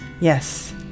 Yes